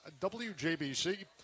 WJBC